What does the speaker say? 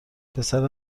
پسر